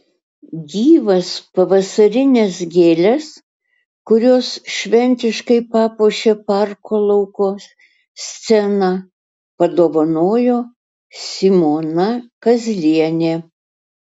gyvas pavasarines gėles kurios šventiškai papuošė parko lauko sceną padovanojo simona kazlienė